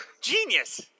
genius